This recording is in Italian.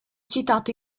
citato